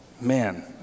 Man